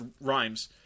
rhymes